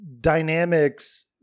dynamics